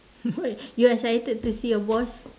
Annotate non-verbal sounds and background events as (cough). (laughs) what you excited to see your boss